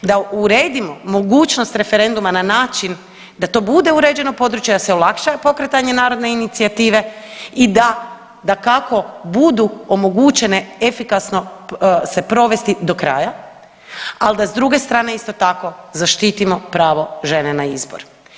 Da uredimo mogućnost referenduma na način da to bude uređeno područje, da se olakša pokretanje narodne inicijative i da dakako budu omogućene efikasno se provesti do kraja, al da s druge strane isto tako zaštitimo pravo žene na izbor.